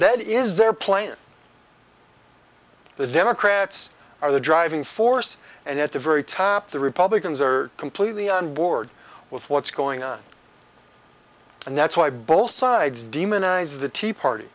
that is their plan the democrats are the driving force and at the very top the republicans are completely onboard with what's going on and that's why both sides demonize the tea party